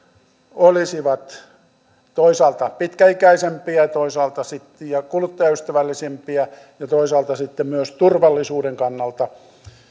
olisivat toisaalta pitkäikäisempiä ja kuluttajaystävällisempiä ja toisaalta sitten myös turvallisuuden kannalta